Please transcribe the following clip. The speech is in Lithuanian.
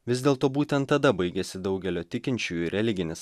vis dėlto būtent tada baigėsi daugelio tikinčiųjų religinis